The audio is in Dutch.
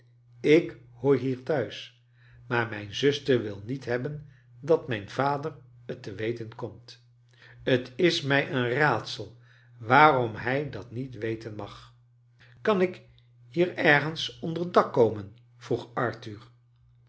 tk hoor hier thuis maar mijn zuster wil niet hebben dat mijn vader j t te weten komt t is mij een raadsel waarom hij dat niet weten mag kan ik hier ergens onder dak komen vroeg arthur